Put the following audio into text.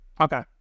Okay